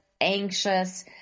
anxious